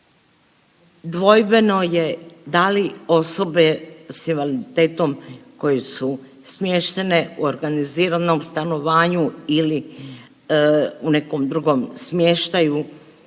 dvojbeno je da li osobe s invaliditetom koje su smještene u organiziranom stanovanju ili u nekom drugom smještaju,